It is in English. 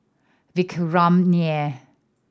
Vikram Nair